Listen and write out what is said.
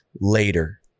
later